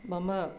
मम